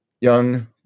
young